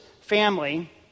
family